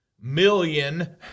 million